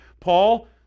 Paul